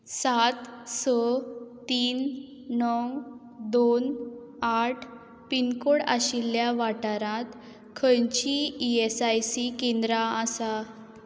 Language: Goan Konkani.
सात स तीन णव दोन आठ पिनकोड आशिल्ल्या वाठारांत खंयचींय ई एस आय सी केंद्रां आसा